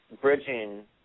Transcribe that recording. bridging